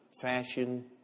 fashion